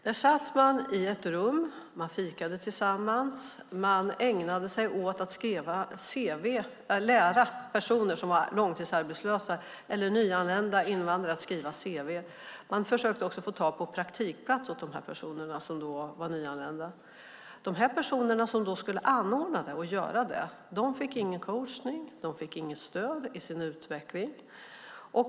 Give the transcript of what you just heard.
Här satt man i ett rum och fikade och ägnade sig åt att lära långtidsarbetslösa och nyanlända invandrare att skriva cv. Man försökte också få tag på praktikplatser åt de nyanlända. De som höll i det fick ingen coachning eller stöd i sin utveckling.